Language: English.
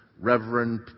Reverend